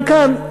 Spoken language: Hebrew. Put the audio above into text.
גם כאן,